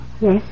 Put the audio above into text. Yes